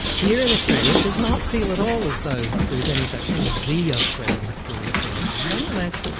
here in australia it does not feel at all as though there's any such thing as the australian school of philosophy nonetheless,